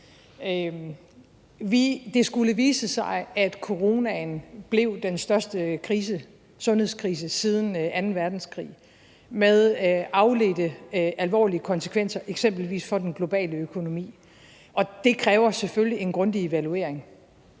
Det skulle vise sig, at coronaen blev den største sundhedskrise siden anden verdenskrig med afledte alvorlige konsekvenser for eksempelvis den globale økonomi, og det kræver selvfølgelig en grundig evaluering.